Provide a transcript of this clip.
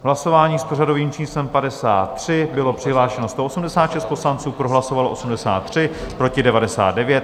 Hlasování s pořadovým číslem 53, bylo přihlášeno 186 poslanců, pro hlasovalo 83, proti 99.